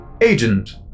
agent